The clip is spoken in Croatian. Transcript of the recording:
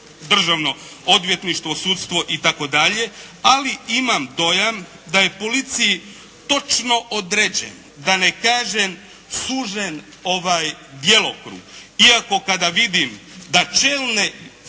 državno odvjetništvo, sudstvo itd. ali imam dojam da je policiji točno određeno da ne kažem sužen djelokrug iako kada vidim da čelne